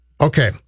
Okay